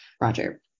Roger